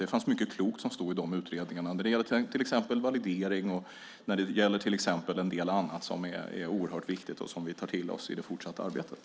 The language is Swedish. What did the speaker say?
Det stod mycket klokt i de utredningarna till exempel när det gäller validering och en del annat som är oerhört viktigt och som vi tar till oss i det fortsatta arbetet.